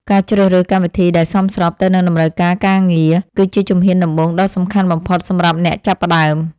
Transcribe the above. ការជ្រើសរើសកម្មវិធីដែលសមស្របទៅនឹងតម្រូវការការងារគឺជាជំហានដំបូងដ៏សំខាន់បំផុតសម្រាប់អ្នកចាប់ផ្ដើម។